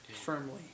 firmly